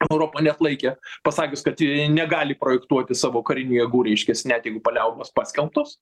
europa neatlaikė pasakius kad ji negali projektuoti savo karinių jėgų reiškias net jeigu paliaubos paskelbtos